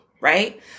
right